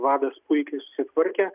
vadas puikiai susitvarkė